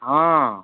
ହଁ